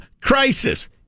crisis